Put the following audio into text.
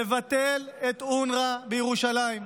לבטל את אונר"א בירושלים.